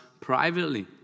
privately